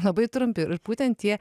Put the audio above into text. labai trumpi ir būtent tie